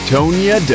Tonya